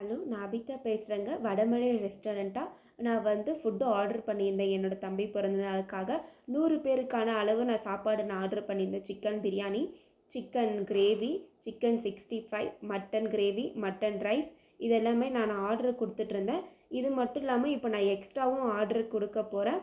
hello நான் அபிதா பேசுறங்க வடமொழி ரெஸ்டாரெண்டா நான் வந்து ஃபுட்டு ஆர்ட்ரு பண்ணியிருந்தேன் என்னோட தம்பி பிறந்த நாளுக்காக நூறு பேருக்கான அளவு நான் சாப்பாடு நான் ஆர்ட்ரு பண்ணியிருந்தேன் chicken biryani chicken gravy chicken sixty five mutton gravy mutton rice இதை எல்லாமே நான் ஆர்ட்ரு கொடுத்துட்ருந்தேன் இது மட்டும் இல்லாமல் இப்போ நான் எக்ஸ்டாவும் ஆர்ட்ரு கொடுக்க போகிறேன்